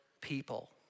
people